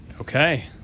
okay